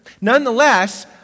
Nonetheless